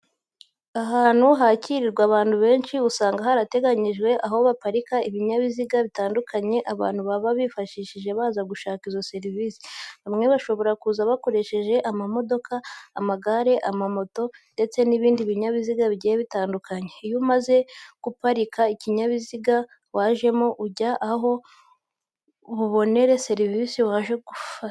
Ahantu hakwirirwa abantu benshi, usanga barateganije aho baparika ibinyabiziga bitandukanye abantu baba bifashishije baza gushaka izo serivise. Bamwe bashobora kuza bakoresheje amamodoka, amagare, amamoto ndetse n'ibindi binyabiziga bigiye bitandukanye. Iyo umaze guparika ikinyabiziga wajeho ujya aho uri bubonere serivise waje gushaka.